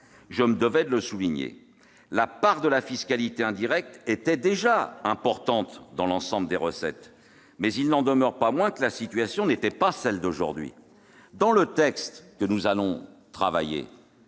je me devais de le souligner. La part de la fiscalité indirecte était déjà importante dans l'ensemble des recettes, mais il n'en demeure pas moins que la situation n'était pas celle d'aujourd'hui. Dans le projet de loi de finances